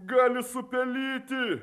gali supelyti